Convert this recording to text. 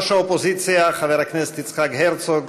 ראש האופוזיציה חבר הכנסת יצחק הרצוג,